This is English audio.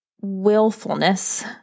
willfulness